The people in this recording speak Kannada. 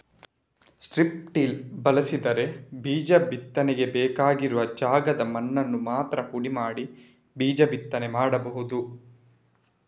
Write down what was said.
ಸ್ಟ್ರಿಪ್ ಟಿಲ್ ಬಳಸಿದ್ರೆ ಬೀಜ ಬಿತ್ತಬೇಕಾಗಿರುವ ಜಾಗದ ಮಣ್ಣನ್ನ ಮಾತ್ರ ಹುಡಿ ಮಾಡಿ ಬೀಜ ಬಿತ್ತನೆ ಮಾಡ್ಬಹುದು